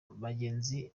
bagenzi